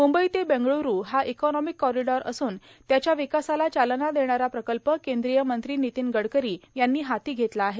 मुंबई ते बेंगलोर हा economic corridor असून त्याच्या विकासाला चालना देणारा प्रकल्प केंद्रीय मंत्री नितीन गडकरी यांनी हाती घेतला आहे